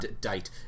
date